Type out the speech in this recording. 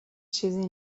چیزی